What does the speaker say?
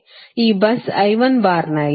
ಈ bus ಬಾರ್ನಲ್ಲಿ